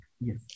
yes